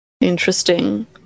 Interesting